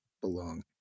belong